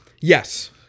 Yes